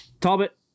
Talbot